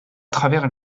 travers